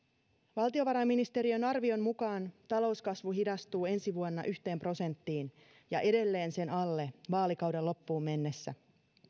valtiovarainministeriön arvion mukaan talouskasvu hidastuu ensi vuonna yhteen prosenttiin ja edelleen sen alle vaalikauden loppuun mennessä